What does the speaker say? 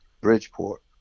Bridgeport